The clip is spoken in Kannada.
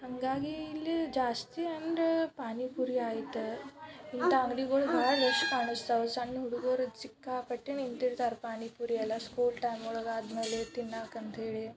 ಹಾಗಾಗಿ ಇಲ್ಲಿ ಜಾಸ್ತಿ ಅಂದ್ರೆ ಪಾನಿಪುರಿ ಆಯ್ತು ಇಂಥ ಅಂಗ್ಡಿಗಳು ಭಾಳ ಹೆಚ್ ಕಾಣಿಸ್ತವೆ ಸಣ್ಣ ಹುಡುಗರು ಸಿಕ್ಕಾಪಟ್ಟೆ ನಿಂತಿರ್ತಾರೆ ಪಾನಿಪುರಿ ಎಲ್ಲ ಸ್ಕೂಲ್ ಟೈಮೊಳಗೆ ಆದಮೇಲೆ ತಿನ್ನಾಕ್ಕಂತ ಹೇಳಿ